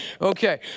Okay